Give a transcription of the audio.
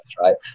right